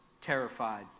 terrified